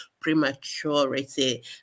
Prematurity